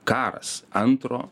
karas antro